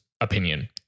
opinion